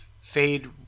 Fade